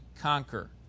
conquer